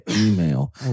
email